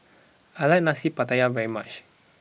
I like Nasi Pattaya very much